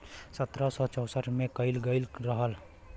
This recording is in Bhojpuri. सत्रह सौ चौंसठ में करल गयल रहल